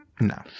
No